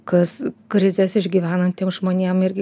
kas krizes išgyvenantiem žmonėm irgi